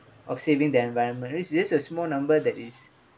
of saving the environment it is a small number that is